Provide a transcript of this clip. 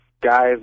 guys